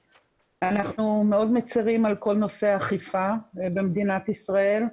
אנחנו מאוד מצרים על כל נושא האכיפה במדינת ישראל,